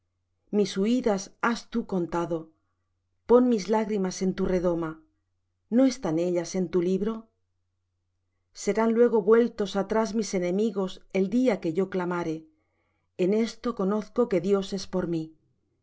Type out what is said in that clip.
mis huídas has tú contado pon mis lágrimas en tu redoma no están ellas en tu libro serán luego vueltos atrás mis enemigos el día que yo clamare en esto conozco que dios es por mí